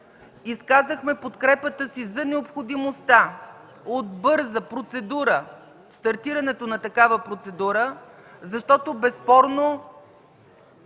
изказахме подкрепата си за необходимостта от бърза процедура, стартирането на такава процедура защото, безспорно